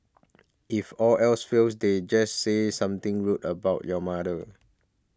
if all else fails they'd just say something rude about your mother